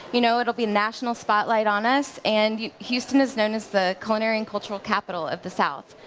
you know it will be national spotlight on us and houston is known as the culinary and cultural capital of the south.